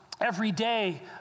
everyday